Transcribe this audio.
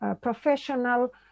professional